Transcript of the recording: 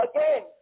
Again